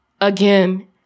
Again